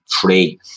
three